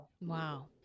wow